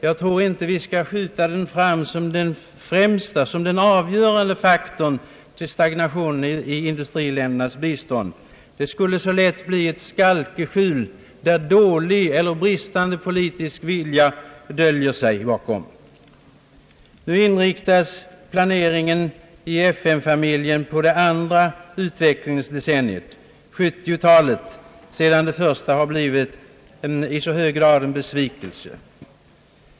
Jag tror dock inte att vi skall skjuta fram den såsom den främsta, avgörande faktorn för stagnationen i industriländernas bistånd. Det skulle så lätt bli ett skalkeskjul, där dålig eller bristande politisk vilja döljer sig. Nu inriktas planeringen i FN-familjen på det andra utvecklingsdecenniet, 1970-talet, sedan det första decenniet i så hög grad blivit en besvikelse.